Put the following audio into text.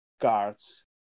cards